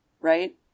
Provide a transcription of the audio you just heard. right